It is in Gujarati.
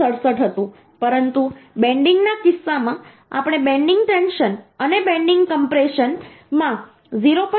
67 હતું પરંતુ બેન્ડિંગ ના કિસ્સામાં આપણે બેન્ડિંગ ટેન્શન અને બેન્ડિંગ કમ્પ્રેશન માં 0